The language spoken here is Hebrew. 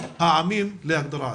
העמים להגדרה עצמית.